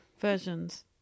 versions